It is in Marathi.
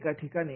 एका ठिकाणी